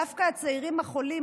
דווקא הצעירים החולים,